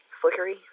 Flickery